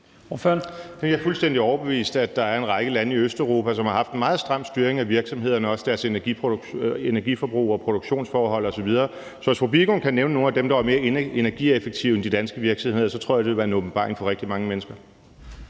Jeg er fuldstændig overbevist om, at der er en række lande i Østeuropa, som har haft en meget stram styring af virksomhederne, også deres energiforbrug og produktionsforhold osv. Så hvis fru Marianne Bigum kan nævne nogle af dem, der var mere energieffektive end de danske virksomheder, så tror jeg, at det ville være en åbenbaring for rigtig mange mennesker.